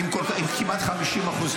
כי אתה לא היית מנהל משרד עם כמעט 50% תקורות.